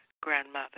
grandmother